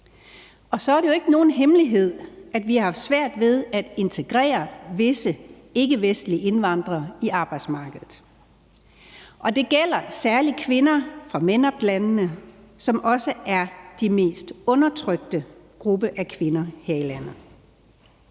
og så er det jo ikke nogen hemmelighed, at vi har svært ved at integrere visse ikkevestlige indvandrere på arbejdsmarkedet. Det gælder særlig kvinder fra MENAPT-landene, som også den mest undertrykte gruppe af kvinder her i landet.